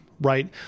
right